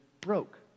broke